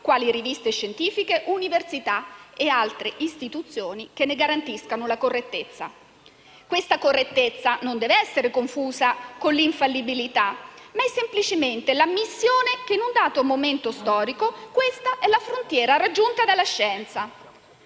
quali riviste scientifiche, università e altre istituzioni che ne garantiscano la correttezza. La correttezza non deve essere confusa con l'infallibilità, in quanto è semplicemente l'ammissione che, in un dato momento storico, questa è la frontiera raggiunta dalla scienza.